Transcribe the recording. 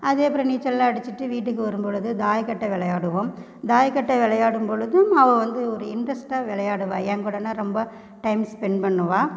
அதே அப்புறம் நீச்சலெலாம் அடிச்சுட்டு வீட்டுக்கு வரும் பொழுது தாயக்கட்டை விளையாடுவோம் தாயக்கட்டை விளையாடும் பொழுதும் அவள் வந்து ஒரு இன்ட்ரெஸ்ட்டாக விளையாடுவா என் கூடனால் ரொம்ப டைம் ஸ்பென்ட் பண்ணுவாள்